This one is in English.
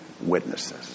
witnesses